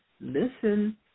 listen